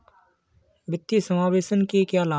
वित्तीय समावेशन के क्या लाभ हैं?